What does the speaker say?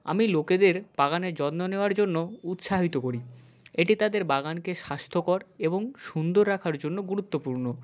আমি লোকেদের বাগানে যত্ন নেওয়ার জন্য উৎসাহিত করি এটি তাদের বাগানকে স্বাস্থ্যকর এবং সুন্দর রাখার জন্য গুরুত্বপূর্ণ